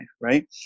right